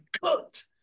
cooked